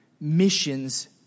missions